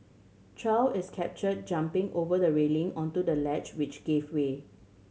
Chow is captured jumping over the railing onto the ledge which gave way